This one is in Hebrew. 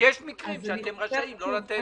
שיש מקרים שאתם רשאים לא לתת.